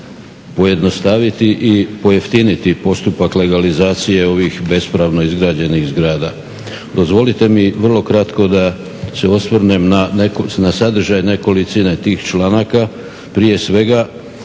pojednostaviti i pojeftiniti postupak legalizacije ovih bespravno izgrađenih zgrada. Dozvolite mi vrlo kratko da se osvrnem na sadržaj nekolicine tih članaka, prije svega